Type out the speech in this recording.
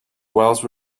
wells